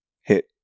hit